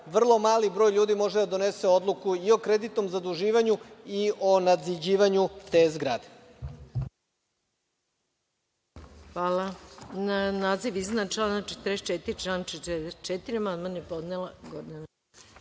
vrlo mali broj ljudi može da donese odluku i o kreditnom zaduživanju i o nadgrađivanju te zgrade.